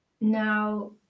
now